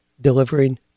delivering